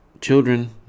children